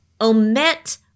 omit